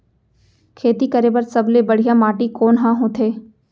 खेती करे बर सबले बढ़िया माटी कोन हा होथे?